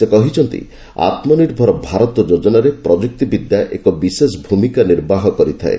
ସେ କହିଛନ୍ତି ଆତ୍ମନିର୍ଭର ଭାରତ ଯୋଜନାରେ ପ୍ରଯୁକ୍ତିବିଦ୍ୟା ଏକ ବିଶେଷ ଭୂମିକା ନିର୍ବାହ କରିଥାଏ